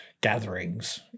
gatherings